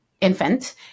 infant